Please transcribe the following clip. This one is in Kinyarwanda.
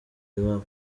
iwabo